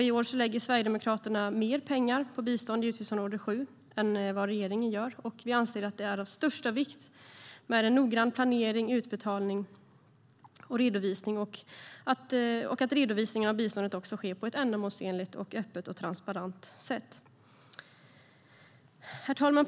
I år lägger Sverigedemokraterna mer pengar på bistånd inom utgiftsområde 7 än vad regeringen gör. Vi anser att det är av största vikt att en noggrann planering, utbetalning och redovisning av biståndet sker på ett ändamålsenligt och transparent sätt. Herr talman!